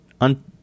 on